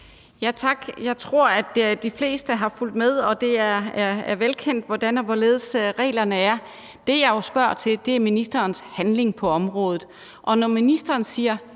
Tak. Jeg tror, at de fleste har fulgt med, og at det er velkendt, hvordan og hvorledes reglerne er. Det, jeg jo spørger til, er ministerens handling på området. Og når ministeren siger,